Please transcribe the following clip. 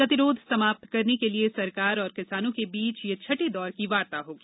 गतिरोध समाप्त करने के लिए सरकार और किसानों के बीच यह छठे दौर की वार्ता होगी